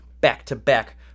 back-to-back